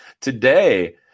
today